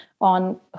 on